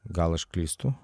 gal aš klystu